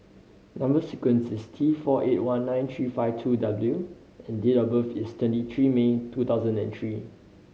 number sequence is T four eight one nine three five two W and date of birth is twenty three May two thousand and three